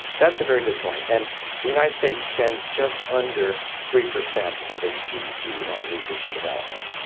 that's a very good point, and the united states spends just under three percent of its gdp on research and development,